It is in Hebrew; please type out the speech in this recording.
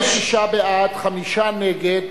46 בעד, חמישה נגד,